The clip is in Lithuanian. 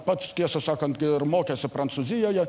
pats tiesą sakant ir mokėsi prancūzijoje